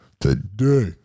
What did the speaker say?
Today